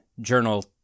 journal